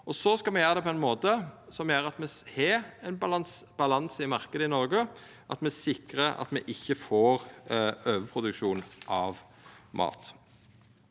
Me skal gjera det på ein måte som gjer at me har ein balanse i marknaden i Noreg, og at me sikrar at me ikkje får overproduksjon av mat.